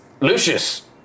Lucius